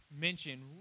mention